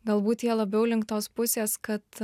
galbūt jie labiau link tos pusės kad